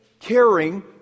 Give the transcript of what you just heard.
caring